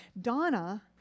Donna